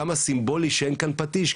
כמה סימבולי שאין כאן פטיש,